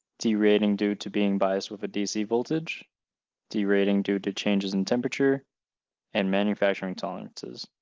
derating due to being biased with a dc voltage derating due to changes in temperature and manufacturing tolerances.